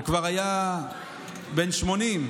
הוא כבר היה בן 80,